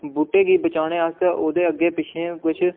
बूह्टे गी बचाने आस्तै ओह्दे अग्गें पिच्छें किश